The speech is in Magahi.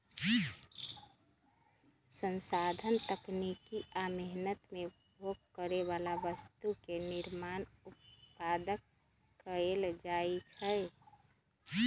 संसाधन तकनीकी आ मेहनत से उपभोग करे बला वस्तु के निर्माण उत्पादन कएल जाइ छइ